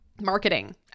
marketing